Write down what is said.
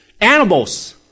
animals